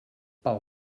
pel